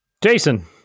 Jason